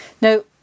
Now